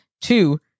Two